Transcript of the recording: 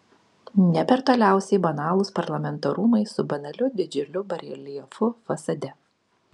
ne per toliausiai banalūs parlamento rūmai su banaliu didžiuliu bareljefu fasade